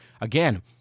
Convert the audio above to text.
Again